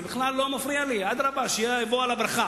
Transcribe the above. זה בכלל לא מפריע לי, אדרבה, שתבוא עליו הברכה,